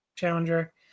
challenger